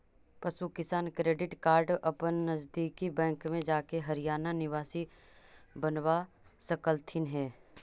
पशु किसान credit card अपन नजदीकी बैंक में जाके हरियाणा निवासी बनवा सकलथीन हे